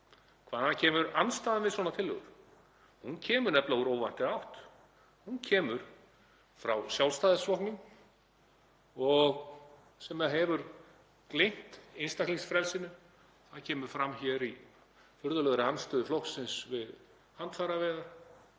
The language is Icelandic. Hvaðan kemur andstaðan við svona tillögur? Hún kemur nefnilega úr óvæntri átt. Hún kemur frá Sjálfstæðisflokknum sem hefur gleymt einstaklingsfrelsinu. Það kemur fram hér í furðulegri andstöðu flokksins við handfæraveiðar,